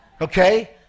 Okay